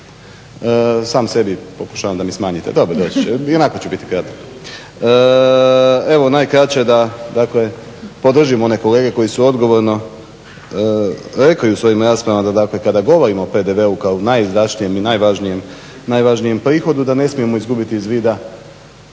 Sam sebi pokušavam da mi smanjite, dobro doći, ionako ću biti kratak. Evo, najkraće da dakle podržim one kolege koji su odgovorno rekli u svojim raspravama, da dakle kada govorimo o PDV-u kao o najizdašnijem i najvažnijem prihodu, da ne smijemo izgubiti iz vida